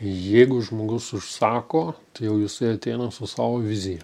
jeigu žmogus užsako tai jau jisai ateina su savo vizija